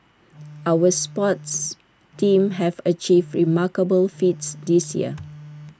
our sports teams have achieved remarkable feats this year